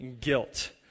guilt